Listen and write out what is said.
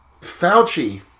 Fauci